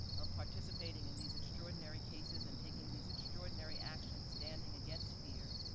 of participating in these extraordinary cases and taking these extraordinary actions, standing against fear,